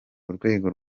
urwego